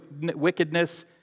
wickedness